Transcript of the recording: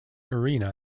arena